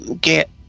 get